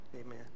Amen